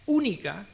única